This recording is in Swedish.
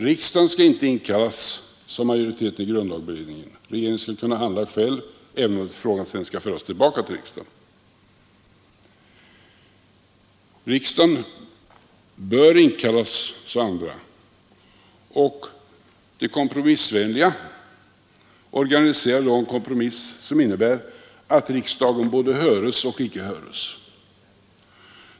Riksdagen skall inte inkallas, sade majoriteten i grundlagberedningen — regeringen skall kunna handla själv, även om frågan sedan skall föras tillbaka till riksdagen. Riksdagen bör inkallas, sade andra. De kompromissvänliga organiserade då en kompromiss som innebär att riksdagen både höres och icke höres.